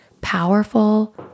powerful